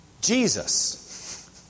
Jesus